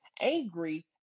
angry